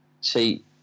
see